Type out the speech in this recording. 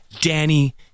Danny